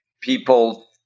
people